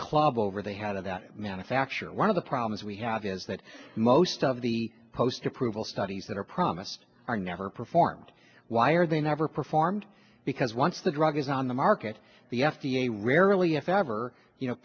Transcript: club over they had about a manufacturer one of the problems we have is that most of the post approval studies that are promised are never performed why are they never performed because once the drug is on the market the f d a rarely if ever you know